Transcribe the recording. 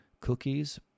cookies